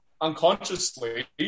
unconsciously